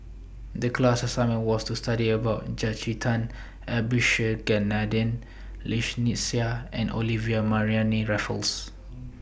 The class assignment was to study about Jacintha Abisheganaden Lynnette Seah and Olivia Mariamne Raffles